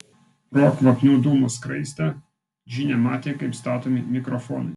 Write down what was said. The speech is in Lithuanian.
pro kvapnių dūmų skraistę džinė matė kaip statomi mikrofonai